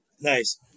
Nice